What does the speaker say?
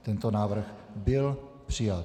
Tento návrh byl přijat.